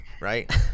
right